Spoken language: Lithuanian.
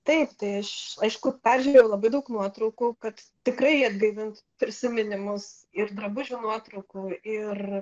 taip tai aš aišku peržiūrėjau labai daug nuotraukų kad tikrai atgaivint prisiminimus ir drabužių nuotraukų ir